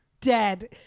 dead